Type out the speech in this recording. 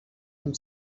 amb